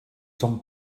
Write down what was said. some